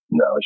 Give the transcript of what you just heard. no